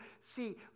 see